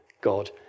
God